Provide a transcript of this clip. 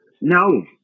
No